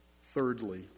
Thirdly